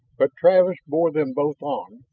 but travis bore them both on,